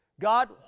God